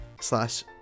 slash